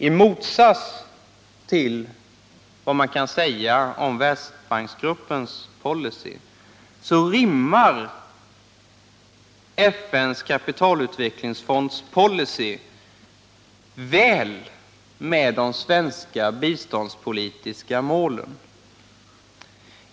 I motsats till vad man kan säga om Världsbanksgruppens policy rimmar FN:s kapitalutvecklingsfonds policy väl med de svenska biståndspolitiska målen.